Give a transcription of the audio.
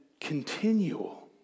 continual